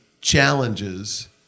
challenges –